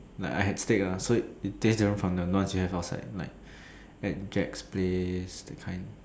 like I had steak ah so it it taste different from the ones you have outside like Jack's place you know that kind